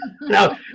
no